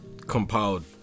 compiled